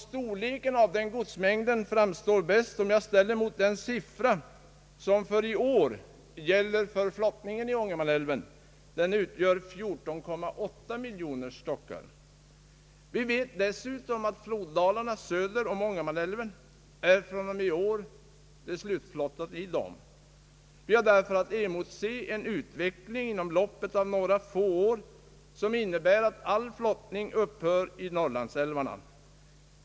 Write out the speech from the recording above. Storleken på denna godsmängd framstår bäst om den ställs mot den siffra som i år gäller för flottningen i älven, nämligen 14,8 miljoner stockar. Vi vet dessutom att i floddalarna söder om Ångermanälven är det fr.o.m. i år slutflottat. Vi har därför att emotse en utveckling, inom loppet av några få år, som innebär att all flottning upphör i Norrlands älvar.